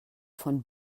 von